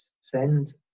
send